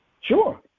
Sure